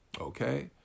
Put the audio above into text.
Okay